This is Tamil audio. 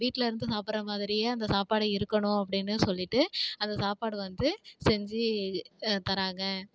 வீட்டில இருந்து சாப்பிடுற மாதிரியே அந்த சாப்பாடு இருக்கணும் அப்படின்னு சொல்லிவிட்டு அந்த சாப்பாடு வந்து செஞ்சு தராங்க